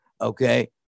Okay